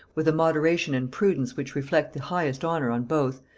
with a moderation and prudence which reflect the highest honor on both,